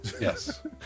Yes